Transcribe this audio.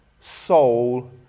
soul